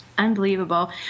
Unbelievable